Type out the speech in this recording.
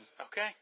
Okay